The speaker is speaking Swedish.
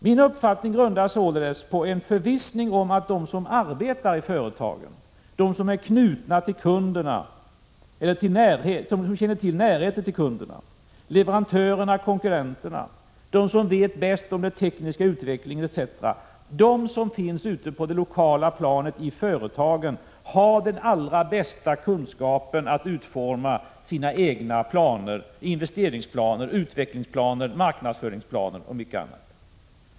Min uppfattning grundas således på en förvissning om att de som arbetar i företagen, de som känner närheten till kunderna, leverantörerna och konkurrenterna, de som vet mest om den tekniska utvecklingen, de som finns på det lokala planet i företagen, är de som har den allra bästa kunskapen för att utforma egna investeringsplaner, utvecklingsplaner, marknadsföringsplaner och mycket annat.